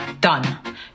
done